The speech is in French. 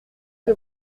que